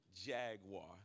Jaguar